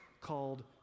called